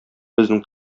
безнең